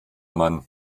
mann